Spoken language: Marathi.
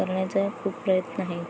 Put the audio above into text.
करण्याचा खूप प्रयत्न आहे